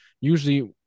usually